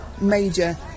major